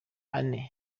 ane